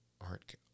art